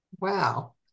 Wow